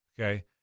Okay